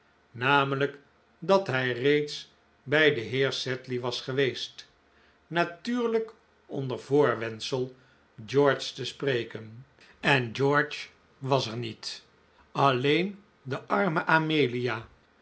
namelijk dat hij reeds bij den heer sedley was geweest natuurlijk onder voorwendsel george te spreken en george was er niet alleen de arme amelia